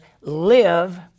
live